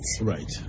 Right